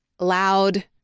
loud